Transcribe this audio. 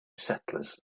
settlers